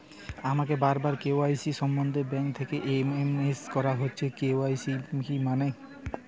আমাকে বারবার কে.ওয়াই.সি সম্বন্ধে ব্যাংক থেকে এস.এম.এস করা হচ্ছে এই কে.ওয়াই.সি মানে কী?